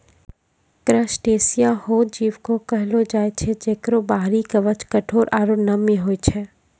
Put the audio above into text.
crustacea हो जीव कॅ कहलो जाय छै जेकरो बाहरी कवच कठोर आरो नम्य होय छै